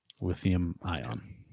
Lithium-ion